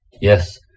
yes